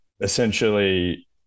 essentially